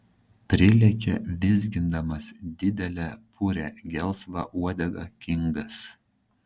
prilekia vizgindamas didelę purią gelsvą uodegą kingas